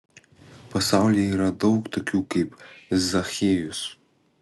pasaulyje yra daug tokių kaip zachiejus